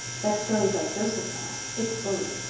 that story about joseph now it's bully.